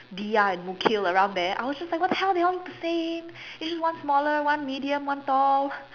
Diya and Mukil around there I was just like what the hell do they all look the same is it one smaller one medium one tall